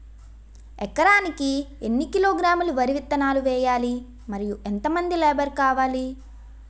ఎకరానికి ఎన్ని కిలోగ్రాములు వరి విత్తనాలు వేయాలి? మరియు ఎంత మంది లేబర్ కావాలి?